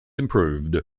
improved